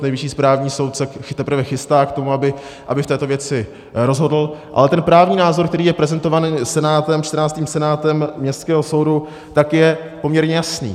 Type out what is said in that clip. Nejvyšší správní soud se teprve chystá k tomu, aby v této věci rozhodl, ale ten právní názor, který je prezentován 14. senátem Městského soudu, je poměrně jasný.